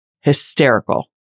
hysterical